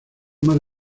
más